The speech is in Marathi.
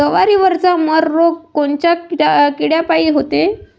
जवारीवरचा मर रोग कोनच्या किड्यापायी होते?